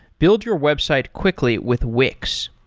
build your website quickly with wix.